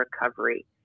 recovery